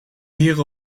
hier